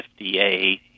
FDA